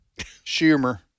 Schumer